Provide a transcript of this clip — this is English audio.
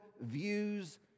views